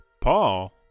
Paul